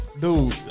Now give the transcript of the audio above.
Dude